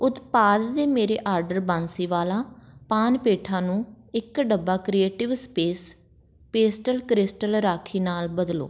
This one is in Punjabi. ਉਤਪਾਦ ਦੇ ਮੇਰੇ ਆਰਡਰ ਬਾਂਸੀਵਾਲਾ ਪਾਨ ਪੇਠਾ ਨੂੰ ਇੱਕ ਡੱਬਾ creative space pastel crystal rakhi ਨਾਲ ਬਦਲੋ